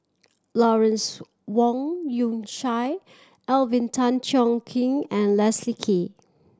Lawrence Wong Shyun Tsai Alvin Tan Cheong Kheng and Leslie Kee